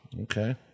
Okay